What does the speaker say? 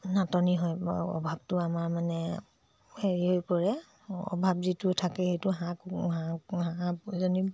নাটনি হয় বা অভাৱটো আমাৰ মানে হেৰি হৈ পৰে অভাৱ যিটো থাকে সেইটো হাঁহ কু হাঁহ হাঁহজনী